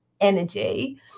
energy